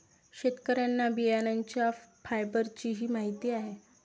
शेतकऱ्यांना बियाण्यांच्या फायबरचीही माहिती आहे